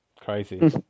crazy